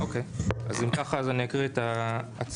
אם כך אני אקריא את ההצעה.